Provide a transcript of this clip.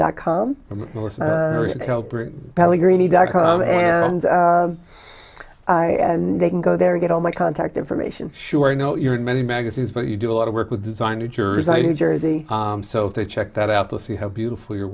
pelligrini dot com and i and they can go there get all my contact information sure i know you're in many magazines but you do a lot of work with design new jersey new jersey so they check that out to see how beautiful your